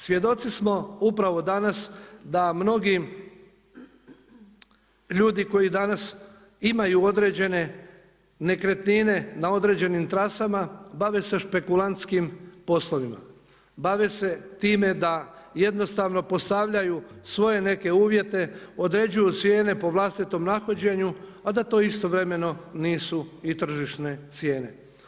Svjedoci smo upravo danas da mnogi ljudi koji danas imaju određene nekretnine, na određenim trasama bave se špekulantskim poslovima, bave se time da jednostavno postavljaju svoje neke uvjete, određuju cijene po vlastitom nahođenju a da to istovremeno nisu i tržišne cijene.